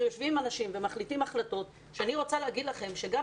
יושבים אנשים ומחליטים החלטות ואני רוצה לומר לכם שגם